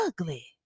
ugly